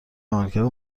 عملکرد